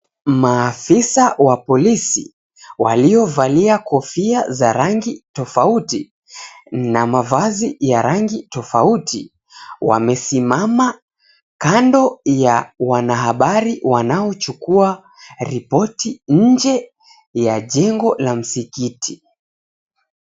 Maafisa wa polisi waliovalia kofia za rangi tofauti na mavazi ya rangi tofauti wamesimama kando ya wanahabari wanaochukua ripoti nje ya jengo la msikiti.